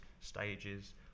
stages